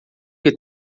que